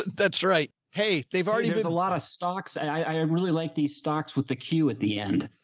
that's right. hey, they've already been a lot of stocks. and i really liked these stocks with the q at the end.